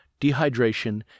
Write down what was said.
dehydration